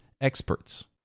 experts